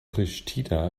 pristina